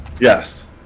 Yes